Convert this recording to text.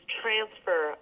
transfer